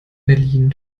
berlin